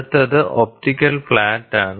അടുത്തത് ഒപ്റ്റിക്കൽ ഫ്ലാറ്റാണ്